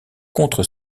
contre